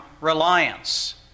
reliance